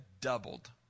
doubled